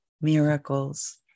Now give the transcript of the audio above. Miracles